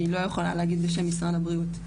אני לא יכולה להגיד בשם משרד הבריאות.